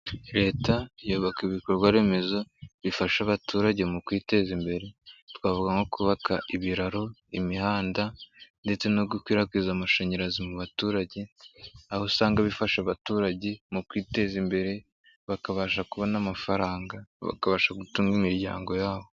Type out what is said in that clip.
Leta yubaka ibikorwaremezo bifasha abaturage mu kwiteza imbere twavuga nko kubaka ibiraro, imihanda ndetse no gukwirakwiza amashanyarazi mu baturage, aho usanga bifasha abaturage mu kwiteza imbere bakabasha kubona amafaranga, bakabasha gutunga imiryango yabo.